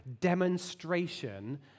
demonstration